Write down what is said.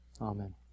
Amen